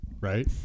right